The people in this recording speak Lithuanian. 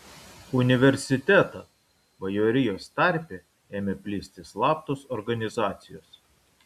universitetą bajorijos tarpe ėmė plisti slaptos organizacijos